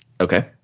Okay